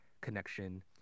connection